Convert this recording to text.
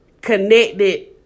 connected